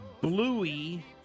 Bluey